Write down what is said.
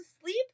sleep